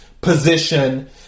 position